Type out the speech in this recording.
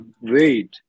wait